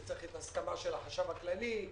צריך את ההסכמה של החשב הכללי,